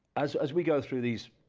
as as we go through these